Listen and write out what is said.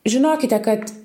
žinokite kad